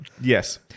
Yes